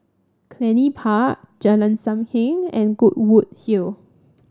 Cluny Park Jalan Sam Heng and Goodwood Hill